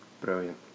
Brilliant